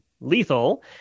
lethal